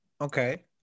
Okay